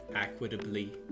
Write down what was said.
equitably